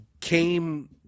came